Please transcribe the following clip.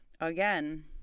again